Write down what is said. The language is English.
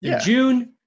June